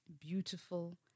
beautiful